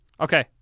okay